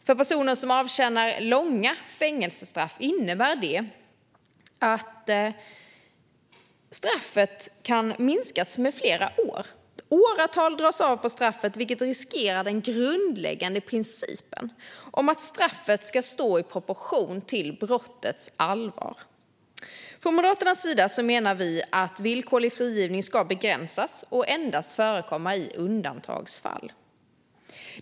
För personer som avtjänar långa fängelsestraff innebär detta att straffet kan minskas med flera år, vilket riskerar den grundläggande principen om att straffet ska stå i proportion till brottets allvar. Från Moderaternas sida menar vi att villkorlig frigivning ska begränsas och endast förekomma i undantagsfall.